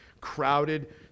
crowded